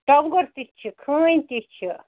ٹۄنٛگُر تہِ چھِ خٲنۍ تہِ چھِ